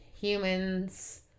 humans